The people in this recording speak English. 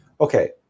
Okay